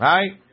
Right